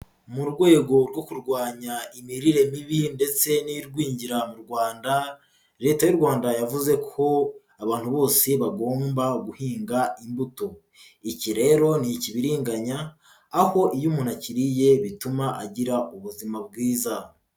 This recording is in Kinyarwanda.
Mu rwego rwo kurwanya imirire mibi ndetse n'irwingira mu Rwanda, leta y'u Rwanda yavuze ko abantu bose bagomba guhinga imbuto, iki rero ni ikibiringanya aho iyo umuntu akiriye bituma agira ubuzima bwiza.